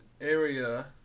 area